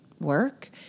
work